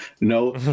No